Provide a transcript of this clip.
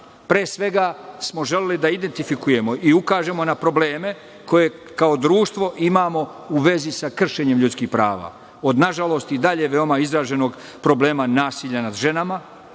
pre svega smo želeli da identifikujemo i ukažemo na probleme koje kao društvo imamo u vezi sa kršenjem ljudskih prava, od nažalost i dalje veoma izraženog problema nasilja nad ženama